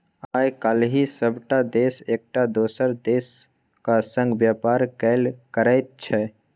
आय काल्हि सभटा देश एकटा दोसर देशक संग व्यापार कएल करैत छै